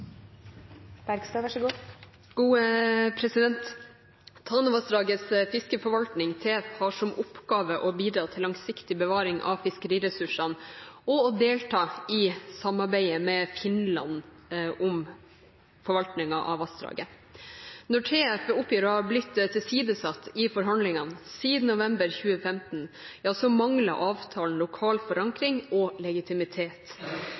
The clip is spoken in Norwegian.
Tanavassdragets fiskeforvaltning, TF, har som oppgave å bidra til langsiktig bevaring av fiskeriressursene og å delta i samarbeidet med Finland om forvaltningen av vassdraget. Når TF oppgir å ha blitt tilsidesatt i forhandlingene siden november 2015, mangler avtalen lokal forankring og legitimitet.